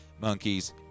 monkeys